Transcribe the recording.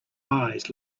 eyes